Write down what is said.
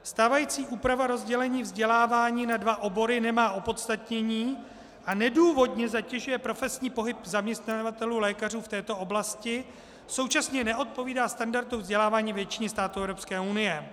Stávající úprava rozdělení vzdělávání na dva obory nemá opodstatnění a nedůvodně zatěžuje profesní pohyb zaměstnavatelů lékařů v této oblasti, současně neodpovídá standardům vzdělávání většiny států EU.